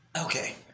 Okay